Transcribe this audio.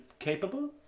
capable